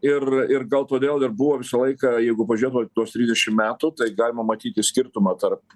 ir ir gal todėl ir buvo visą laiką jeigu pažiūrėtume tuos trisdešim metų tai galima matyti skirtumą tarp